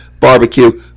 barbecue